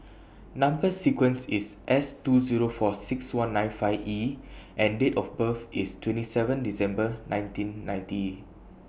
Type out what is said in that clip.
Number sequence IS S two Zero four six one nine five E and Date of birth IS twenty seven December nineteen ninety